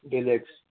گِلیکٕس